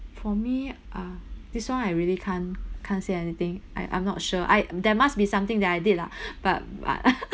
for me uh this one I really can't can't say anything I I'm not sure I there must be something that I did lah but uh